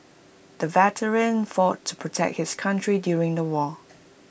the veteran fought to protect his country during the war